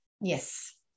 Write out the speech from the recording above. yes